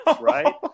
right